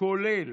כולל.